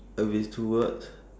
if it's two words